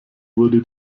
wurde